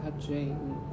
touching